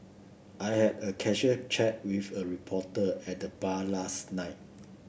I had a casual chat with a reporter at the bar last night